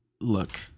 look